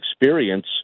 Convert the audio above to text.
experience